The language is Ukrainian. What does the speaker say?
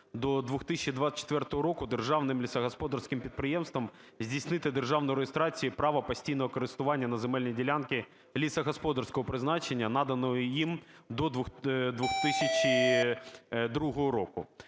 до 2024 року державним лісогосподарським підприємствам здійснити державну реєстрацію права постійного користування на земельні ділянки лісогосподарського призначення, наданої їм до 2002 року.